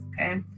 okay